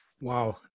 Wow